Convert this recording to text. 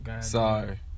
Sorry